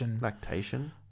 Lactation